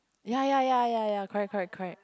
ya ya ya ya ya correct correct correct